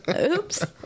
Oops